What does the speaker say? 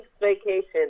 vacation